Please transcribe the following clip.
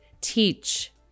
teach